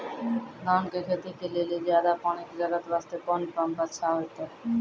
धान के खेती के लेली ज्यादा पानी के जरूरत वास्ते कोंन पम्प अच्छा होइते?